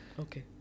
Okay